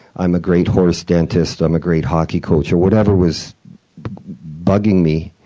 i'm a great horse dentist, i'm a great hockey coach, or whatever was bugging me.